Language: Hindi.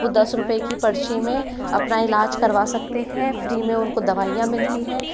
वो दस रुपये की पर्ची में अपना इलाज करवा सकते हैं फ़्री में उनका दवाइयाँ मिलती हैं